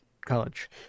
college